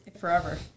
forever